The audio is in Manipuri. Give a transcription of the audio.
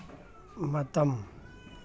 ꯃꯇꯝ